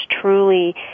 truly